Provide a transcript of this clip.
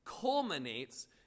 culminates